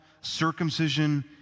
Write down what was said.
circumcision